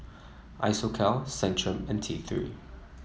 Isocal Centrum and T Three